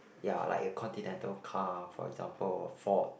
ya like a continental car for example a Ford